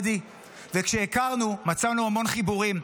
כשהכרנו מצאנו המון חיבורים,